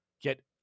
get